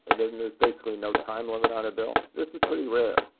and then there's basically no time limit on a bill. this is pretty rare,